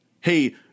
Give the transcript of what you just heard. hey